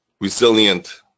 Resilient